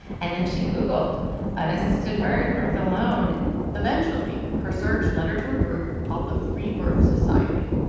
and then she googled unassisted birth, birth alone eventually, her search led her to a group called the free birth society,